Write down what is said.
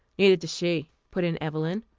neither does she, put in evelyn.